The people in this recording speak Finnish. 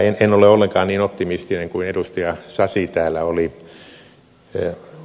en ole ollenkaan niin optimistinen kuin edustaja sasi täällä oli